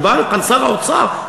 בא לכן שר האוצר,